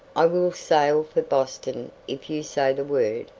i will sail for boston if you say the word,